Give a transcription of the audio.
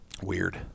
weird